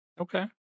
Okay